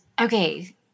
okay